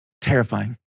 terrifying